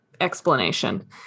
explanation